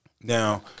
Now